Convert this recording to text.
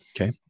Okay